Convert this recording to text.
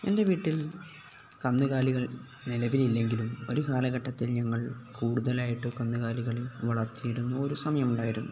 എൻ്റെ വീട്ടിൽ കന്നുകാലികൾ നിലവിലില്ലെങ്കിലും ഒരു കാലഘട്ടത്തിൽ ഞങ്ങൾ കൂടുതലായിട്ടും കന്നുകാലികൾ വളർത്തിയിരുന്ന ഒരു സമയമുണ്ടായിരുന്നു